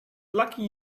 lucky